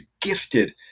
gifted